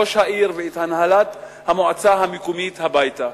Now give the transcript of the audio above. ראש העיר ואת הנהלת המועצה המקומית הביתה.